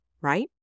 right